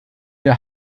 der